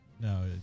No